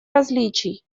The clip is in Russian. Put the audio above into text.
различий